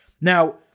Now